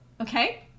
Okay